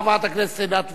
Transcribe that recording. חברת הכנסת עינת וילף,